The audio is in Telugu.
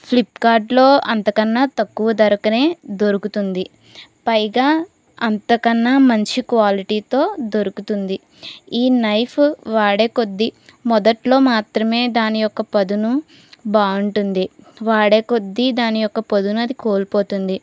ఫ్లిప్కార్ట్లో అంతకన్నా తక్కువ ధరకే దొరుకుతుంది పైగా అంతకన్నా మంచి క్వాలిటీతో దొరుకుతుంది ఈ నైఫ్ వాడే కొద్దీ మొదట్లో మాత్రమే దాని యొక్క పదును బాగుంటుంది వాడే కొద్దీ దాని యొక్క పదును అది కోల్పోతుంది